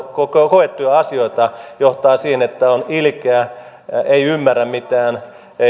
koettuja asioita johtaa siihen että on ilkeä ei ymmärrä mitään